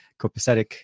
copacetic